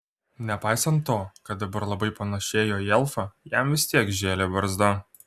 nepaisant to kad dabar labai panėšėjo į elfą jam vis tiek žėlė barzda